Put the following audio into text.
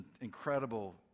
incredible